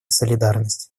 солидарность